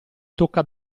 tocca